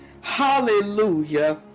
hallelujah